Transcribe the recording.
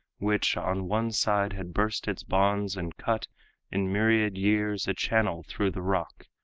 which on one side had burst its bounds and cut in myriad years a channel through the rock,